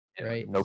right